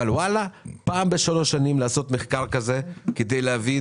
אבל פעם בשלוש שנים לעשות מחקר כזה כדי להבין